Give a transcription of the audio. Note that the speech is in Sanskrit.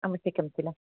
आवश्यकं किल